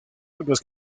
algas